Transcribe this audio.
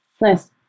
Nice